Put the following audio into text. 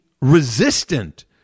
resistant